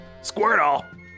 Squirtle